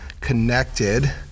connected